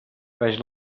baix